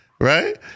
right